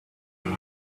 good